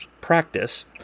practice